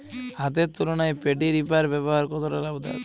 হাতের তুলনায় paddy reaper ব্যবহার কতটা লাভদায়ক?